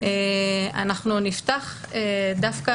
אנחנו נפתח דווקא